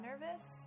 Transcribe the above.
nervous